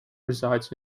resides